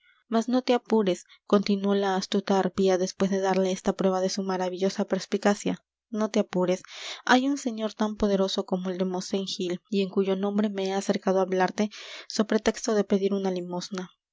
mas no te apures continuó la astuta arpía después de darle esta prueba de su maravillosa perspicacia no te apures hay un señor tan poderoso como el de mosén gil y en cuyo nombre me he acercado á hablarte so pretexto de pedir una limosna